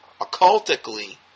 occultically